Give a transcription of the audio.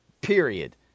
Period